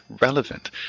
relevant